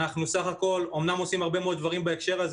אנחנו אומנם עושים הרבה מאוד דברים בהקשר הזה